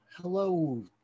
Hello